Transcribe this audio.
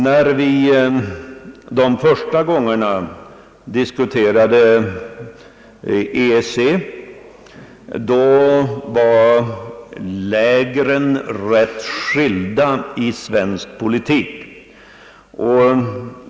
När vi de första gångerna diskuterade EEC, var lägren rätt skilda i svensk politik.